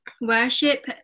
worship